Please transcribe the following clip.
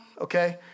okay